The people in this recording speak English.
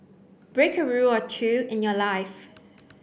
break a rule or two in your life